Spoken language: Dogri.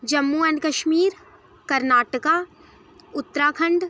जम्मू एंड कश्मीर कर्नाटका उत्तराखंड